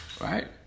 Right